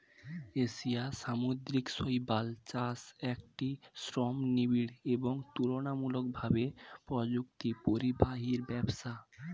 এশিয়ার সামুদ্রিক শৈবাল চাষ একটি শ্রমনিবিড় এবং তুলনামূলকভাবে প্রযুক্তিপরিহারী ব্যবসা